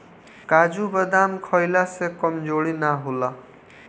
काजू बदाम खइला से कमज़ोरी ना होला